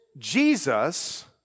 Jesus